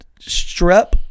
strep